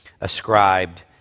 ascribed